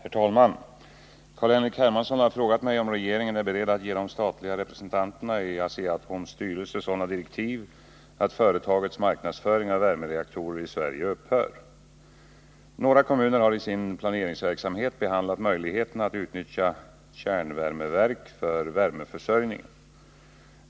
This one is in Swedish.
Herr talman! Carl-Henrik Hermansson har frågat mig om regeringen är beredd att ge de statliga representanterna i Asea-Atoms styrelse sådana direktiv att företagets marknadsföring av värmereaktorer i Sverige upphör. Några kommuner har i sin planeringsverksamhet behandlat möjligheterna att utnyttja kärnvärmeverk för värmeförsörjningen.